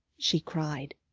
she cried.